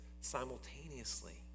simultaneously